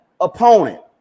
opponent